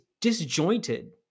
disjointed